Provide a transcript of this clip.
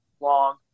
long